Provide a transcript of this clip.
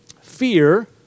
Fear